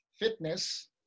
fitness